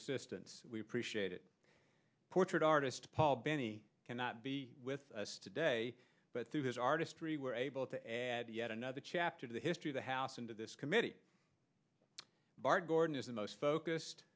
assistance we appreciate it portrait artist paul bennie cannot be with us today but through his artistry we're able to add yet another chapter to the history of the house and to this committee bart gordon is the most focused